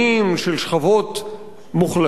של שכבות מוחלשות,